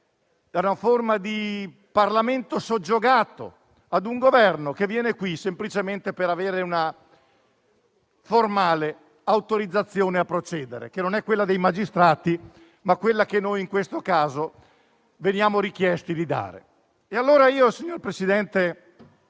a una forma di Parlamento soggiogato, con un Governo che viene qui semplicemente per avere una formale autorizzazione a procedere, che non è quella prevista per i magistrati, ma quella che a noi in questo caso viene richiesto di dare. Nel merito, signor Presidente,